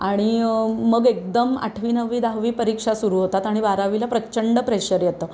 आणि मग एकदम आठवी नववी दहावी परीक्षा सुरू होतात आणि बारावीला प्रचंड प्रेशर येतं